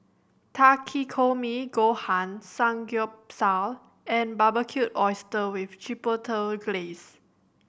Takikomi Gohan Samgyeopsal and Barbecued Oyster with Chipotle Glaze